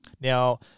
Now